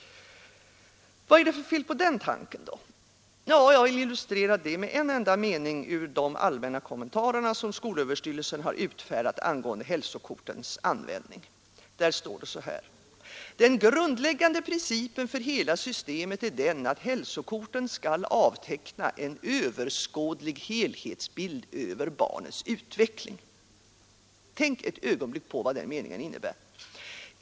Vad är det för fel på den tanken då? Ja, jag vill illustrera det med en enda mening ur de allmänna kommentarer som skolöverstyrelsen har utfärdat angående hälsokortens användning. Där står det: ”Den grundläggande principen för hela systemet är den, att hälsokorten skall avteckna en överskådlig helhetsbild över barnets utveckling.” Tänk ett ögonblick på vad den meningen innebär.